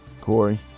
Corey